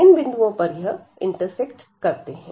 इन बिंदुओं पर यह इंटरसेक्ट करते हैं